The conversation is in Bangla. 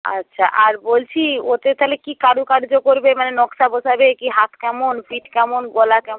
আচ্ছা আর বলছি ওতে তাহলে কি কারুকার্য করবে মানে নকশা বসাবে কি হাত কেমন পিঠ কেমন গলা কেমন